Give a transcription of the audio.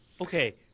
Okay